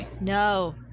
no